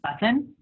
button